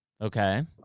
Okay